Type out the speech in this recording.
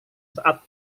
saat